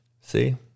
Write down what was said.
See